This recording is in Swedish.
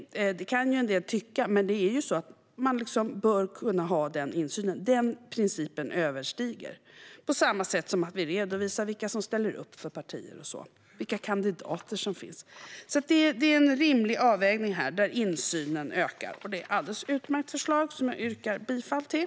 Det kan en del tycka, men man bör kunna ha denna insyn. Den principen är viktigare, på samma sätt som att vi redovisar vilka som ställer upp för partier och vilka kandidater som finns. Det är alltså en rimlig avvägning, där insynen ökar. Det är ett alldeles utmärkt förslag, som jag yrkar bifall till.